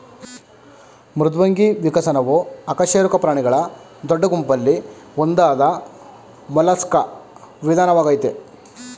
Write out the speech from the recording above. ಮೃದ್ವಂಗಿ ವಿಕಸನವು ಅಕಶೇರುಕ ಪ್ರಾಣಿಗಳ ದೊಡ್ಡ ಗುಂಪಲ್ಲಿ ಒಂದಾದ ಮೊಲಸ್ಕಾ ವಿಧಾನವಾಗಯ್ತೆ